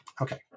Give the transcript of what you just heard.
Okay